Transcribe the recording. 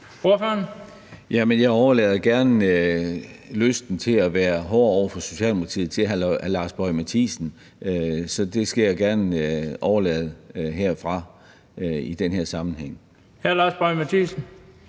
Jeg overlader gerne lysten til at være hård over for Socialdemokratiet til hr. Lars Boje Mathiesen, så det skal jeg i denne sammenhæng